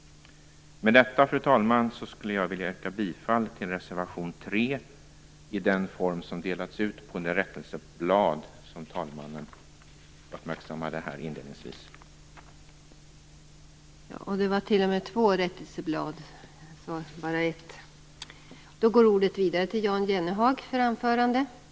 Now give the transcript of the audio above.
Med detta yrkar jag bifall till reservation 3 i den form som den föreligger på utdelat rättelseblad, vilket andre vice talmannen inledningsvis uppmärksammade.